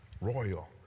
royal